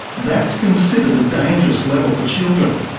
that's considered a dangerous level for children.